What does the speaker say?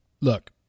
Look